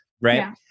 Right